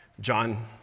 John